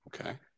okay